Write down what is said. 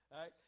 right